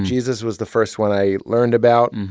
jesus was the first one i learned about.